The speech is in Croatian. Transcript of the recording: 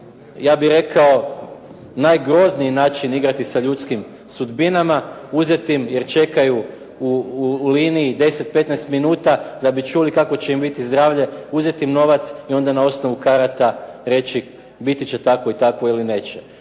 ja bih rekao najgrozniji način igrati sa ljudskim sudbinama, uzeti im jer čekaju u liniji 10, 15 minuta da bi čuli kakvo će im biti zdravlje, uzeti im novac i onda na osnovu karata reći biti će tako i tako ili neće.